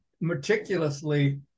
meticulously